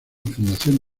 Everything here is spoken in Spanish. fundación